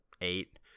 eight